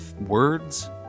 words